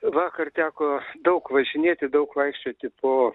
vakar teko daug važinėti daug vaikščioti po